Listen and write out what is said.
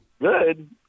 Good